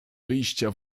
wyjścia